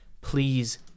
Please